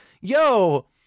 yo